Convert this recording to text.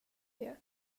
det